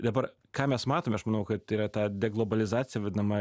dabar ką mes matom aš manau kad yra ta deglobalizacija vadinama